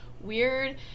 weird